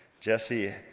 Jesse